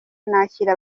nakira